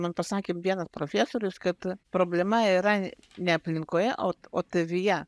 man pasakė vienas profesorius kad problema yra ne aplinkoje o o tavyje